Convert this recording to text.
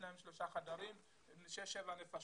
דירות בנות שלושה חדרים בהם מתגוררים שש-שבע נפשות.